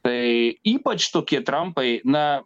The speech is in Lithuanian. tai ypač tokie trampai na